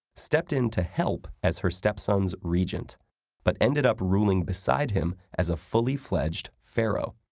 stepped in to help as her stepson's regent but ended up ruling beside him as a fully fledged pharaoh.